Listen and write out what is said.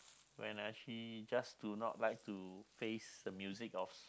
when I actually just do not like to face the music of